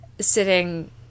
sitting